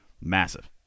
massive